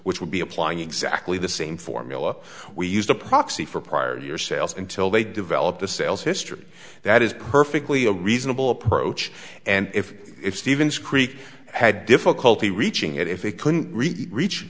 which would be applying exactly the same formula we used a proxy for prior year sales until they develop sales history that is perfectly a reasonable approach and if if stevens creek had difficulty reaching it if they couldn't reach